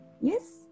yes